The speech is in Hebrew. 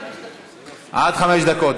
עד חמש דקות.